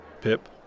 Pip